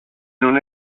non